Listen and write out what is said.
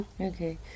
Okay